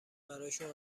براشون